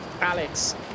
Alex